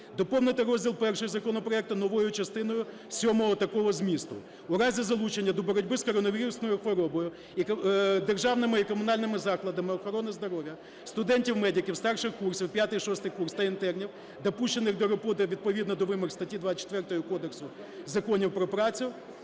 Доповнити розділ І законопроекту новою частиною сьомою такого змісту: "У разі залучення до боротьби з коронавірусною хворобою державними і комунальними закладами охорони здоров'я студентів-медиків старших курсів (5-6 курс) та інтернів, допущених до роботи відповідно до вимог статті 24 Кодексу законів про працю,